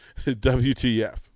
WTF